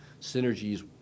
synergies